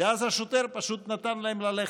ואז השוטר פשוט נתן להם ללכת.